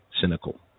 cynical